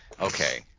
Okay